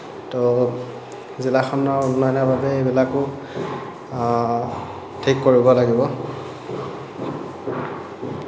তো জিলাখনৰ উন্নয়নৰ বাবে এইবিলাকো ঠিক কৰিব লাগিব